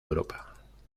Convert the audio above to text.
europa